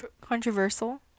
Controversial